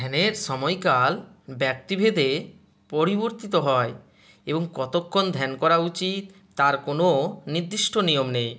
ধ্যানের সময়কাল ব্যক্তিভেদে পরিবর্তিত হয় এবং কতক্ষণ ধ্যান করা উচিত তার কোনো নিদ্দিষ্ট নিয়ম নেই